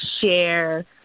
share